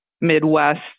Midwest